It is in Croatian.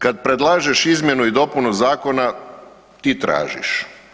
Kad predlažeš izmjenu i dopunu zakona ti tražiš.